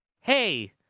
Hey